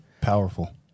Powerful